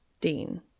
Dean